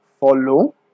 follow